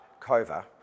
COVA